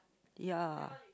ya